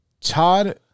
Todd